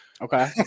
Okay